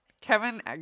Kevin